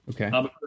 Okay